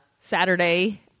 Saturday